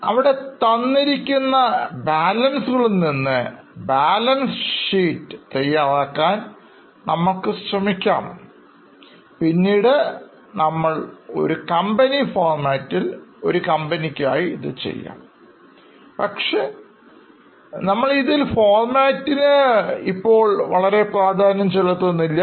അവിടെ തന്നിരിക്കുന്ന ബാലൻസ് കളിൽ നിന്ന് ബാലൻസ് ഷീറ്റ് തയ്യാറാക്കാൻ നമ്മൾക്ക് ശ്രമിക്കാം പിന്നീട് നമ്മൾ ഒരു കമ്പനി ഫോർമാറ്റിൽ ഒരു കമ്പനിക്കായി ഇത് ചെയ്യാം പക്ഷേ നമ്മൾ ഇതിൽ ഫോർ മാറ്റിന് ഇപ്പോൾ വളരെ പ്രാധാന്യം ചെലുത്തുന്നില്ല